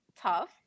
tough